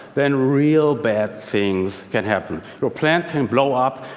then real bad things can happen. your plant can blow up.